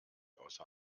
außer